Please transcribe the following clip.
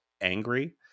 angry